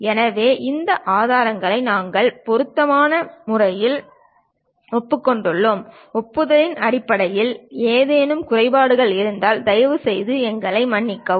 எனவே இந்த ஆதாரங்களை நாங்கள் பொருத்தமான முறையில் ஒப்புக் கொண்டுள்ளோம் ஒப்புதலின் அடிப்படையில் ஏதேனும் குறைபாடுகள் இருந்தால் தயவுசெய்து எங்களை மன்னிக்கவும்